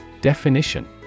Definition